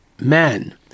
man